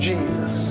Jesus